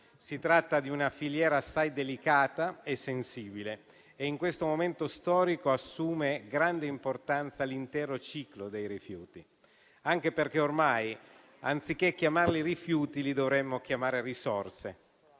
Si tratta di una filiera assai delicata e sensibile e in questo momento storico assume grande importanza l'intero ciclo dei rifiuti, anche perché ormai, anziché rifiuti, dovremmo chiamarli risorse.